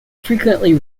frequently